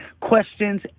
questions